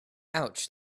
ouch